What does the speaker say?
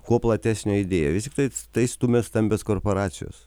kuo platesnę idėją vis tiktai tai stumia stambios korporacijos